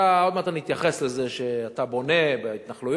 עוד מעט אני אתייחס לזה שאתה בונה בהתנחלויות.